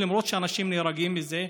למרות שאנשים נהרגים מזה.